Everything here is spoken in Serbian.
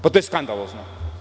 Pa, to je skandalozno.